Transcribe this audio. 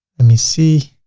let me see,